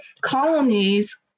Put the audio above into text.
colonies